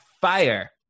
fire